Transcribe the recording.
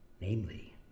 Namely